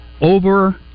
Over